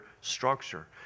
structure